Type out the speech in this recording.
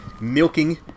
milking